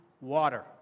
water